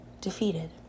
defeated